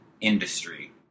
industry